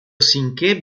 cinquè